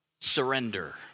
surrender